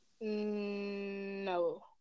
No